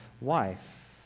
wife